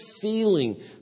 feeling